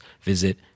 visit